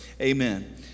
Amen